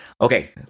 Okay